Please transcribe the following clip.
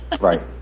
Right